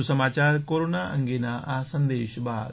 વધુ સમાચાર કોરોના અંગેના આ સંદેશ બાદ